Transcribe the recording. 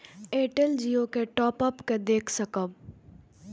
Airtel Jio के up अप के देख सकब?